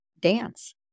dance